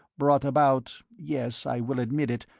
brought about, yes, i will admit it,